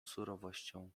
surowością